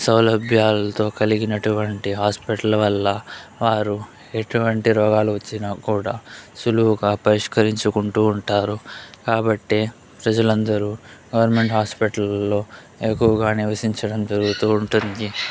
సౌలభ్యాల్తో కలిగినటువంటి హాస్పిటల్ వల్ల వారు ఎటువంటి రోగాలు వచ్చినా కూడా సులువుగా పరిష్కరించుకుంటూ ఉంటారు కాబట్టే ప్రజలందరూ గవర్నమెంట్ హాస్పిటల్ లో ఎక్కువగా నివసించడం జరుగుతూ ఉంటుంది